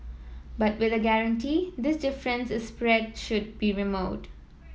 but with a guarantee this difference in spread should be removed